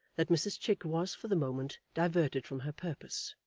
that mrs chick was for the moment diverted from her purpose.